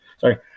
Sorry